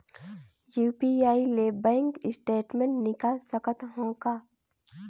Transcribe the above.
UPI ले bank statement निकाल सकत हवं का?